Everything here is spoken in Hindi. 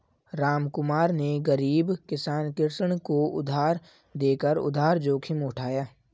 रामकुमार ने गरीब किसान कृष्ण को उधार देकर उधार जोखिम उठाया